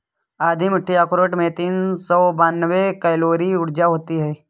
आधी मुट्ठी अखरोट में तीन सौ बानवे कैलोरी ऊर्जा होती हैं